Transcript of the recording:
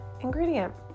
ingredient